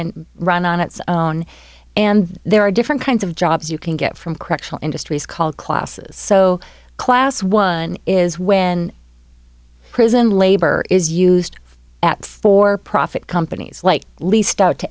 and run on its own and there are different kinds of jobs you can get from correctional industries called classes so class one is when prison labor is used for profit companies like leased out to